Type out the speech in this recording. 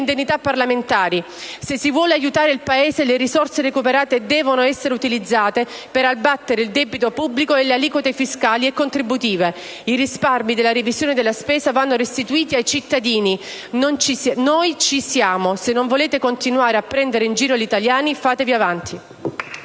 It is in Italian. indennità parlamentari. Se si vuole aiutare il Paese, le risorse recuperate devono essere utilizzate per abbattere il debito pubblico e le aliquote fiscali e contributive. I risparmi della revisione della spesa vanno restituiti ai cittadini. Noi ci siamo: se non volete continuare a prendere in giro gli italiani, fatevi avanti.